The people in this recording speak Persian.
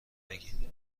بگین